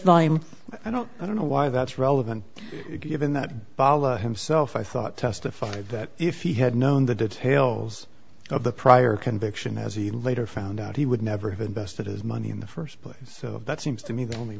volume i don't i don't know why that's relevant given that bala himself i thought testified that if he had known the details of the prior conviction as he later found out he would never have invested his money in the st place so that seems to me the only